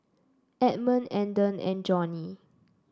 Edmund Andon and Joni